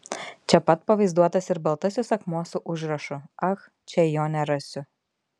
čia pat pavaizduotas ir baltasis akmuo su užrašu ach čia jo nerasiu